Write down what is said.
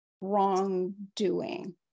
wrongdoing